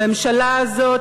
הממשלה הזאת,